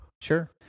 Sure